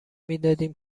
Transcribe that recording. میدادیم